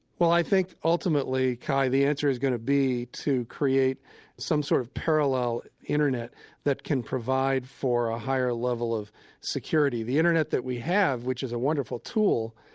well i think ultimately, kai, the answer is going to be to create some sort of parallel internet that can provide for a higher level of security. the internet that we have, which is a wonderful tool,